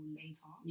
later